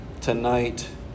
tonight